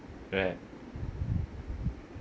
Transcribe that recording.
where